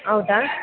ಹೌದಾ